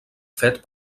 fet